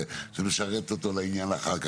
זה משרת אותו לעניין אחר כך.